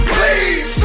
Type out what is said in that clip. Please